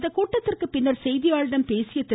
இந்த கூட்டத்திற்குப்பின்னர் செய்தியாளர்களிடம் பேசிய திரு